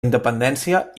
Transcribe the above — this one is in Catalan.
independència